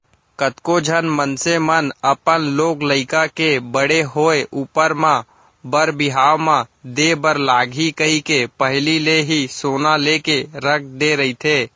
कतको झन मनसे मन अपन लोग लइका के बड़े होय ऊपर म बर बिहाव म देय बर लगही कहिके पहिली ले ही सोना लेके रख दे रहिथे